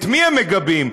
את מי הם מגבים?